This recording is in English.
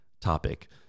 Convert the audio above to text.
topic